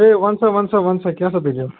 ہے وَن سا وَن سا وَن سا کیٛاہ سا دٔلیٖل